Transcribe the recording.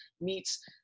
meets